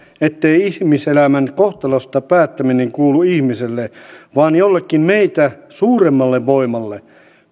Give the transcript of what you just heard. ettei ihmiselämän kohtalosta päättäminen kuulu ihmiselle vaan jollekin meitä suuremmalle voimalle